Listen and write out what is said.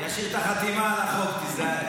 אני אשאיר את החתימה על החוק, תיזהר.